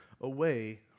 away